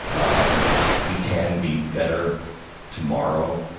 um we can be better tomorrow.